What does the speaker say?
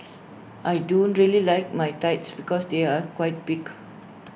I don't really like my thighs because they are quite big